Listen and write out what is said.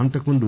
అంతకుముందు